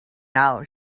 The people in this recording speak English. now